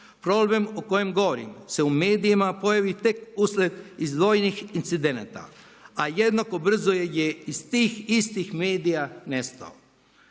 Problem o kojem govorim se u medijima pojavi te uslijed izdvojenih incidenata a jednako brzo je iz tih istih medija.